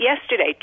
yesterday